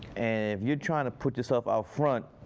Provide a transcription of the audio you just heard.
and if you're trying to put this stuff out front,